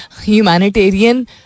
humanitarian